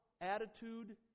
attitude